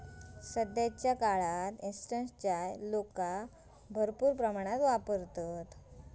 सध्याच्या काळात इंस्टंट चाय लोका मोप वापरतत